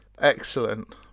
Excellent